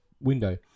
window